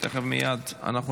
אפס מתנגדים,